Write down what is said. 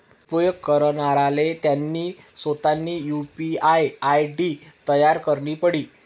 उपेग करणाराले त्यानी सोतानी यु.पी.आय आय.डी तयार करणी पडी